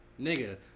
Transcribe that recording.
Nigga